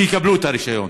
לקבל את הרישיון.